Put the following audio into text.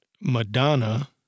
Madonna